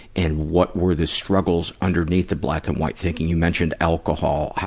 and what were the struggles underneath the black and white thinking. you mentioned alcohol.